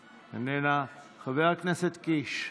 איננה, חבר הכנסת קיש,